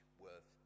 worth